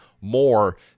more